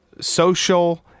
social